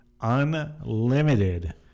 unlimited